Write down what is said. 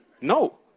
No